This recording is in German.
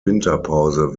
winterpause